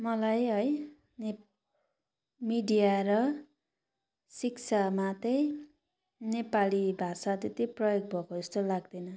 मलाई है नेप मिडिया र शिक्षामा चाहिँ नेपाली भाषा त्यति प्रयोग भएको जस्तो लाग्दैन